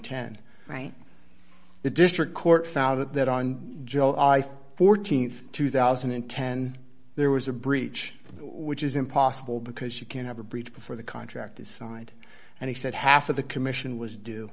ten right the district court found that on joe i think th two thousand and ten there was a breach which is impossible because you can't have a breach before the contract is signed and he said half of the commission